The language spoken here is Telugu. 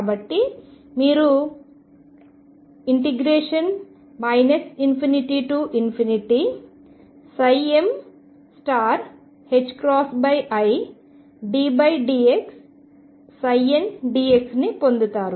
కాబట్టి మీరు ∞middx ndx ని పొందుతారు